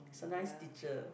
he's a nice teacher